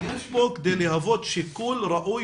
יש בו כדי להוות שיקול ראוי